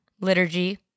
liturgy